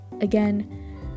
again